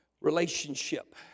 relationship